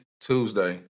Tuesday